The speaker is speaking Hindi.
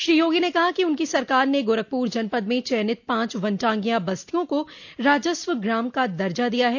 श्री योगी ने कहा कि उनकी सरकार ने गोरखपुर जनपद में चयनित पांच वनटांगिया बस्तियों को राजस्व ग्राम का दर्जा दिया है